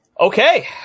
Okay